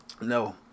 No